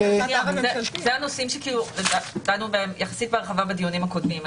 אלה הנושאים שדנו בהם יחסית בהרחבה בדיונים הקודמים.